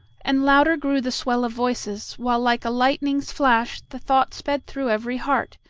and louder grew the swell of voices, while like a lightning's flash the thought sped through every heart,